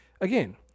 again